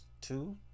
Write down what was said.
two